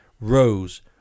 rose